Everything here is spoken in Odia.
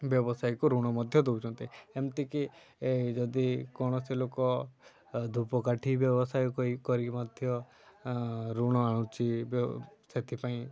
ବ୍ୟବସାୟିକ ଋଣ ମଧ୍ୟ ଦେଉଛନ୍ତି ଏମିତିକି ଯଦି କୌଣସି ଲୋକ ଧୂପକାଠି ବ୍ୟବସାୟ କରି କରି ମଧ୍ୟ ଋଣ ଆଣୁଛି ସେଥିପାଇଁ